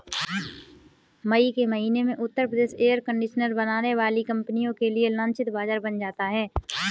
मई के महीने में उत्तर प्रदेश एयर कंडीशनर बनाने वाली कंपनियों के लिए लक्षित बाजार बन जाता है